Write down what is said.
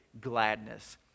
gladness